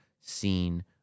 seen